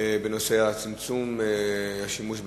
בנושא צמצום השימוש בנייר.